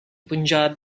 punjab